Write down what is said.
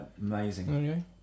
amazing